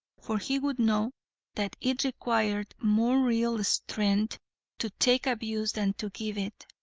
for he would know that it required more real strength to take abuse than to give it.